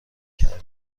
کردی